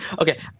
Okay